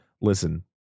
listen